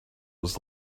was